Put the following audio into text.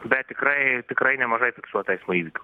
bet tikrai tikrai nemažai fiksuota eismo įvykių